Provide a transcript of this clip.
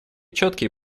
четкие